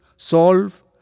Solve